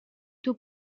tôt